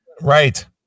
Right